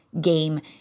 game